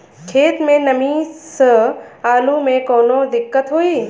खेत मे नमी स आलू मे कऊनो दिक्कत होई?